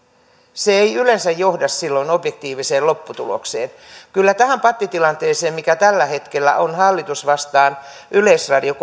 se ei yleensä johda silloin objektiiviseen lopputulokseen kyllä tähän pattitilanteeseen mikä tällä hetkellä on kohdassa hallitus vastaan yleisradio